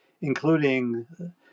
including